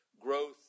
Growth